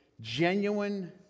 genuine